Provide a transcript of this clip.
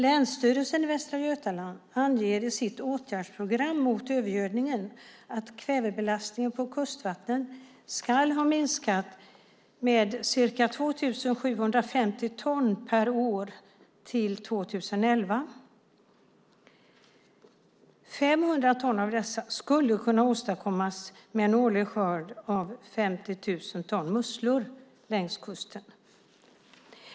Länsstyrelsen i Västra Götaland anger i sitt åtgärdsprogram mot övergödningen att kvävebelastningen på kustvatten ska ha minskat med ca 2 750 ton per år till 2011. 500 ton av dessa skulle kunna åstadkommas med en årlig skörd av 50 000 ton musslor längs kusten.